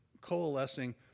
coalescing